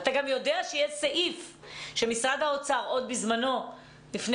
אתה גם יודע שיש סעיף שמשרד האוצר עוד בזמנו לפני